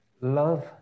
Love